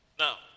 Now